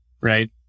right